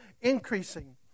increasing